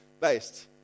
based